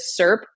SERP